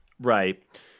right